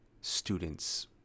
students